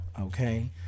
Okay